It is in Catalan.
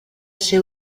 ser